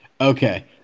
okay